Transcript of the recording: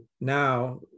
now